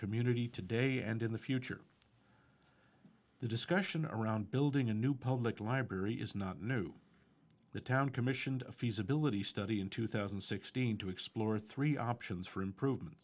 community today and in the future the discussion around building a new public library is not new the town commissioned a feasibility study in two thousand and sixteen to explore three options for improvement